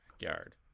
backyard